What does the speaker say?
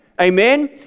Amen